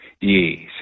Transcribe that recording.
Yes